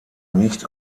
nicht